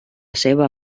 seva